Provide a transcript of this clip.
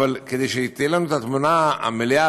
כדי שתהיה לנו תמונה מלאה,